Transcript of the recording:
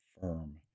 firm